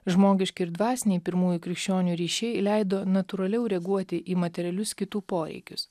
žmogiški ir dvasiniai pirmųjų krikščionių ryšiai leido natūraliau reaguoti į materialius kitų poreikius